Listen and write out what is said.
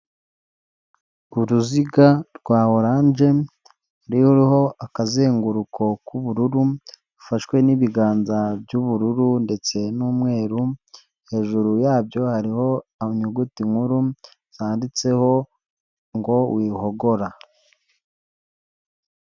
Uruziga rwa oranje ruriho akazenguruko k'ubururu, rufashwe n'ibiganza by'ubururu ndetse n'umweru, hejuru yabyo hariho inyuguti nkuru zanditseho ngo wihogora.